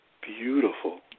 beautiful